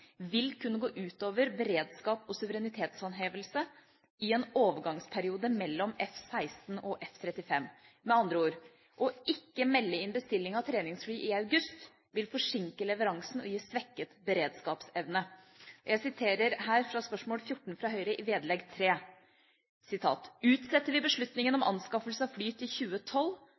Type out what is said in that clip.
vil kunne gå ut over beredskap og suverenitetshåndhevelse i en overgangsperiode mellom F-16 og F-35. Med andre ord: Ikke å melde inn bestilling av treningsfly i august vil forsinke leveransen og gi svekket beredskapsevne. Jeg siterer her fra svaret på spørsmål 14, fra Høyre, i vedlegg 3: «Utsetter vi beslutningen om anskaffelse av fly til 2012,